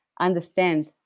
understand